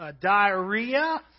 diarrhea